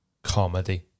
comedy